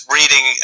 reading